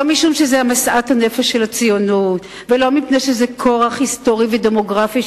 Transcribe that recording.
לא משום שזאת משאת הנפש של הציונות אלא משום שזה כורח היסטורי ודמוגרפי,